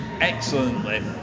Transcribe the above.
excellently